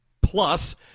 plus